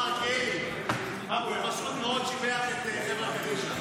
השר מלכיאלי, הוא פשוט מאוד שיבח את חברה קדישא.